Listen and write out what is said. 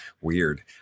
weird